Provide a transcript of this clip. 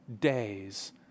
days